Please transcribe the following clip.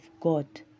God